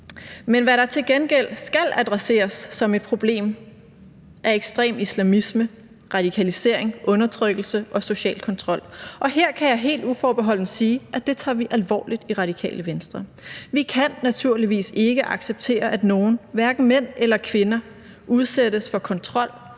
Men det, der til gengæld skal adresseres som et problem, er ekstrem islamisme, radikalisering, undertrykkelse og social kontrol. Og her kan jeg helt uforbeholdent sige, at det tager vi alvorligt i Radikale Venstre. Vi kan naturligvis ikke acceptere, at nogen, hverken mænd eller kvinder, udsættes for kontrol